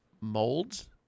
Molds